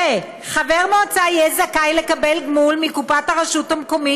ו"חבר מועצה יהיה זכאי לקבל גמול מקופת הרשות המקומית